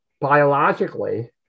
biologically